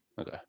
Okay